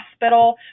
hospital